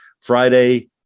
Friday